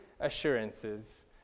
assurances